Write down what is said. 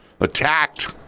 attacked